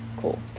cool